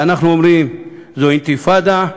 ואנחנו אומרים: זו אינתיפאדה.